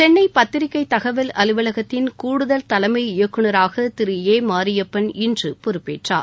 சென்னை பத்திரிகை தகவல் அலுவலகத்தின் கூடுதல் தலைமை இயக்குனராக திரு ஏ மாரியப்பன் இன்று பொறுப்பேற்றார்